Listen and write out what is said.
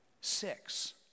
six